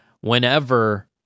whenever